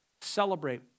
Celebrate